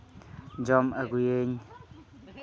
ᱡᱚᱢ ᱟᱹᱜᱩᱭᱟᱹᱧ